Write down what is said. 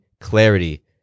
clarity